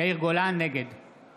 נגד